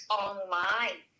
online